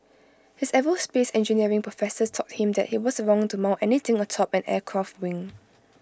his aerospace engineering professors taught him that IT was wrong to mount anything atop an aircraft wing